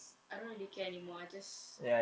I don't really care anymore I just